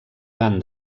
van